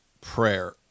prayer